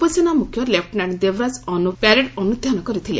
ଉପସେନା ମୁଖ୍ୟ lieutenant Devraj Anbu parade ଅନୁଧ୍ୟାନ କରିଥିଲେ